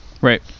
Right